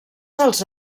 dels